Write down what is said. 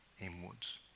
inwards